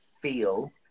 feel